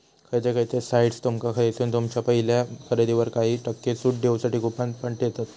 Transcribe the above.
खयचे खयचे साइट्स तुमका थयसून तुमच्या पहिल्या खरेदीवर काही टक्के सूट देऊसाठी कूपन पण देतत